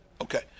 Okay